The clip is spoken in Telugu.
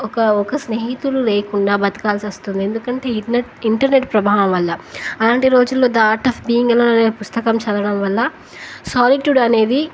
ఒక ఒక స్నేహితులు లేకుండా బ్రతకాల్సి వస్తుంది ఎందుకంటే ఇట్ ఇంటర్నెట్ ప్రభావం వల్ల అలాంటి రోజుల్లో the art of being alone పుస్తకం చదవడం వల్ల సాలిట్యూడ్ అనేది